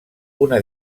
una